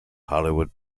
hollywood